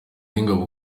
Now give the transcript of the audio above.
w’ingabo